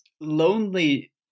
lonely